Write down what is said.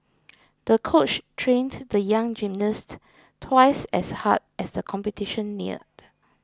the coach trained the young gymnast twice as hard as the competition neared